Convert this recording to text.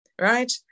right